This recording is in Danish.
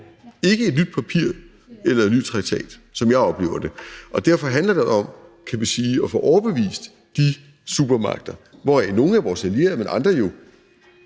ikke et nyt papir eller en ny traktat, altså sådan som jeg oplever det. Derfor handler det om, kan vi sige, at få overbevist de supermagter, hvoraf nogle er vores allierede, mens andre jo